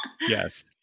Yes